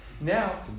Now